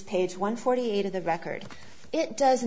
page one forty eight of the record it does